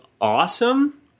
awesome